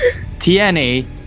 TNA